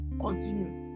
continue